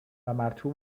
مرطوب